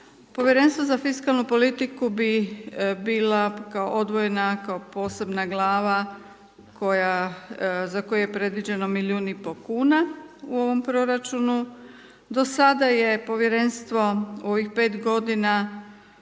Povjerenstvo za fiskalnu politiku bi bila kao odvojena, kao posebna glava za koju je predviđeno milijun i pol kuna u ovom proračunu. Do sada je Povjerenstvo u ovih 5 godina